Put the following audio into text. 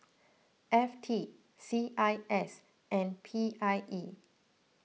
F T C I S and P I E